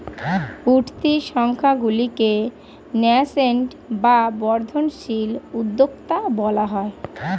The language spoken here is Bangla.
উঠতি সংস্থাগুলিকে ন্যাসেন্ট বা বর্ধনশীল উদ্যোক্তা বলা হয়